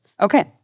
Okay